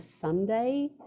Sunday